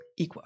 equa